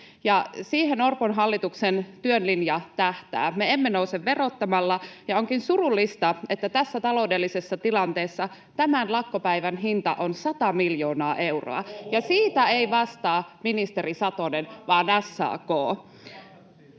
siihen Orpon hallituksen työn linja tähtää. Me emme nouse verottamalla. Onkin surullista, että tässä taloudellisessa tilanteessa tämän lakkopäivän hinta on 100 miljoonaa euroa, [Perussuomalaisten ryhmästä: